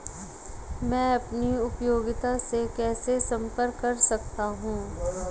मैं अपनी उपयोगिता से कैसे संपर्क कर सकता हूँ?